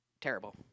Terrible